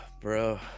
bro